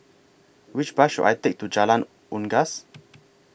Which Bus should I Take to Jalan Unggas